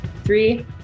three